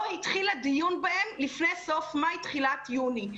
לא התחיל הדיון בהן לפני סוף מאי-תחילת יוני.